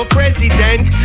President